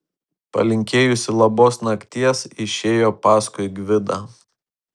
palinkėjusi labos nakties išėjo paskui gvidą